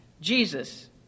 Jesus